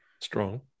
strong